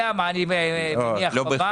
מה, הוא לא יודע מה אני מניח בבנק?